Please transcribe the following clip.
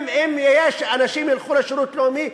אם אנשים ילכו לשירות הלאומי,